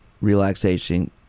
relaxation